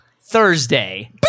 Thursday